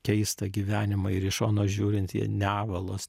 keistą gyvenimą ir iš šono žiūrint jie nevalos